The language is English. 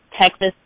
Texas